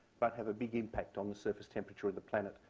but have a big impact on the surface temperature of the planet.